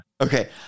Okay